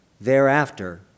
Thereafter